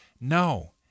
No